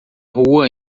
rua